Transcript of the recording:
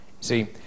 See